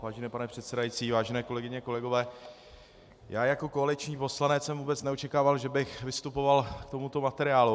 Vážený pane předsedající, vážené kolegyně a kolegové, já jako koaliční poslanec jsem vůbec neočekával, že bych vystupoval k tomuto materiálu.